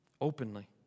openly